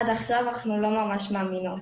עד עכשיו אנחנו לא ממש מאמינות.